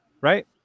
right